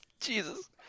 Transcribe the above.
Jesus